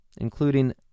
including